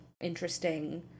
interesting